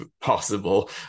possible